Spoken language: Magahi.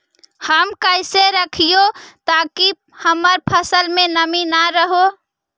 हम कैसे रखिये ताकी हमर फ़सल में नमी न रहै?